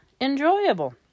enjoyable